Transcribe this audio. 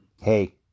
Hey